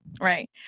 Right